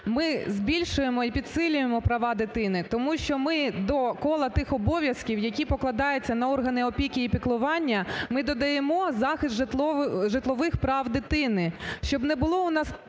ми збільшуємо і підсилюємо права дитини. Тому що ми до кола тих обов'язків, які покладаються на органи опіки і піклування, ми додаємо захист житлових прав дитини.